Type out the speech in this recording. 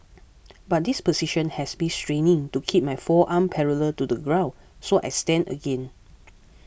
but this position has be straining to keep my forearm parallel to the ground so I stand again